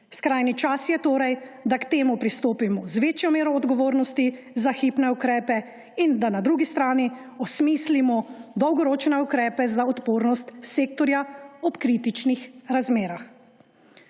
Skrajni čas je torej, da k temu pristopimo z večjo mero odgovornosti za hipne ukrepe in da na drugi strani osmislimo dolgoročne ukrepe za odpornost sektorja ob kritičnih razmerah.